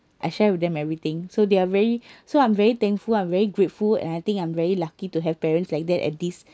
I share with them everything so they are very so I'm very thankful I'm very grateful and I think I'm very lucky to have parents like that at this